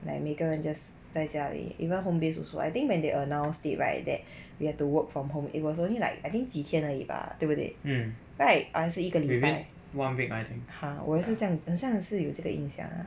like 每个人 just 在家里 even home based also I think when they announced it right that we have to work from home it was only like I think 几天而已吧对不对 right 还是一个礼拜 !huh! 我也是这样子很像是有这个印象啊